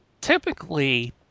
typically